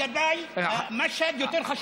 לגביי משהד יותר חשוב מהחוק הזה.